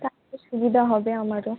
তাতে সুবিধা হবে আমারও